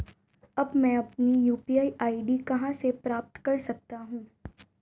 अब मैं अपनी यू.पी.आई आई.डी कहां से प्राप्त कर सकता हूं?